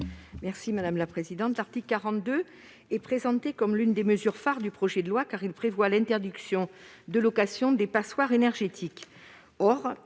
Varaillas, sur l'article. L'article 42 est présenté comme l'une des mesures phares du projet de loi, car il prévoit l'interdiction de location des passoires énergétiques.